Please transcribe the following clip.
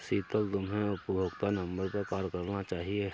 शीतल, तुम्हे उपभोक्ता नंबर पर कॉल करना चाहिए